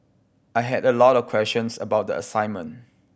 I had a lot of questions about the assignment